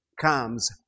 comes